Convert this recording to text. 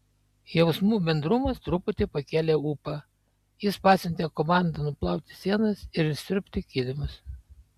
jausmų bendrumas truputį pakėlė ūpą jis pasiuntė komandą nuplauti sienas ir išsiurbti kilimus